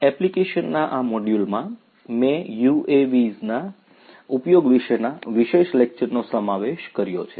એપ્લિકેશનના આ મોડ્યુલમાં મેં UAVs ના ઉપયોગ વિશેના વિશેષ લેકચરનો સમાવેશ કર્યો છે